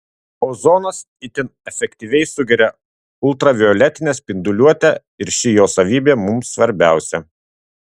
ozonas itin efektyviai sugeria ultravioletinę spinduliuotę ir ši jo savybė mums svarbiausia